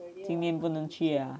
今年不能去啊